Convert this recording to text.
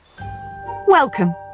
welcome